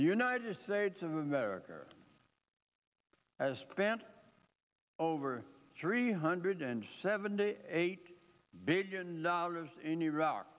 united states of america has spent over three hundred and seventy eight billion dollars in iraq